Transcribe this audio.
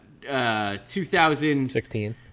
2016